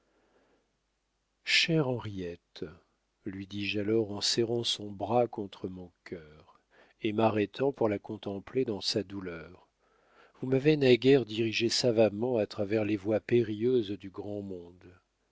chère henriette lui dis-je alors en serrant son bras contre mon cœur et m'arrêtant pour la contempler dans sa douleur vous m'avez naguère dirigé savamment à travers les voies périlleuses du grand monde